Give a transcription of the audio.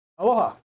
Aloha